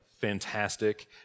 fantastic